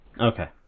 Okay